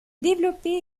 développé